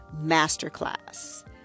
Masterclass